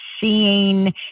seeing